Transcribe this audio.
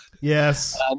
yes